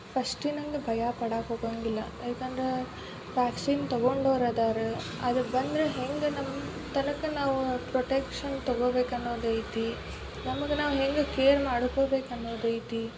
ಫಸ್ಟಿನಂಗೆ ಭಯ ಪಡಕ್ಕ ಹೋಗಂಗಿಲ್ಲ ಯಾಕಂದ್ರೆ ವ್ಯಾಕ್ಸಿನ್ ತೊಗೊಂಡೋರು ಅದಾರ ಅದು ಬಂದ್ರೆ ಹೆಂಗೆ ನಮ್ಮ ತನಕ ನಾವು ಪ್ರೊಟೆಕ್ಷನ್ ತೊಗೊಬೇಕು ಅನ್ನೋದೈತಿ ನಮಗೆ ನಾವು ಹೆಂಗೆ ಕೇರ್ ಮಾಡ್ಕೋಬೇಕು ಅನ್ನೋದೈತಿ